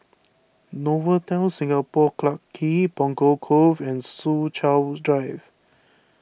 Novotel Singapore Clarke Quay Punggol Cove and Soo Chow Drive